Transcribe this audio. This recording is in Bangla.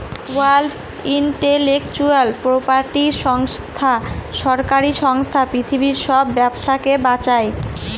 ওয়ার্ল্ড ইন্টেলেকচুয়াল প্রপার্টি সংস্থা সরকারি সংস্থা পৃথিবীর সব ব্যবসাকে বাঁচায়